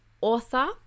author